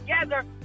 together